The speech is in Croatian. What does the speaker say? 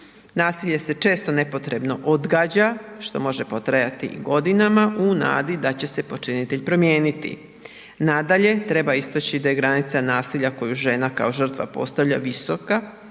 Nasilje se često nepotrebno odgađa, što može potrajati i godinama u nadi da će se počinitelj promijeniti. Nadalje, treba istaći da je granica nasilja koju žena kao žrtva postavlja visoka,